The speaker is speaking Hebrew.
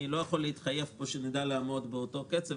אני לא יכול להתחייב פה שנדע לעמוד באותו קצב